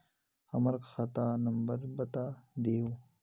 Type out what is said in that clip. हमर खाता नंबर बता देहु?